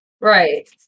Right